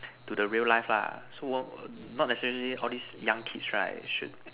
to the real life lah so not necessary all these young kids right should